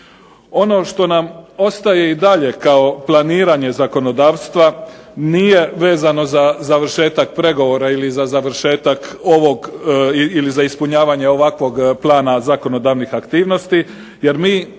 Ono što nam ostaje i dalje kao planiranje zakonodavstva nije vezano za završetak pregovora ili za završetak ovog ili za ispunjavanje ovakvog plana zakonodavnih aktivnosti, jer mi